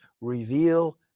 reveal